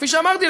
כפי שאמרתי,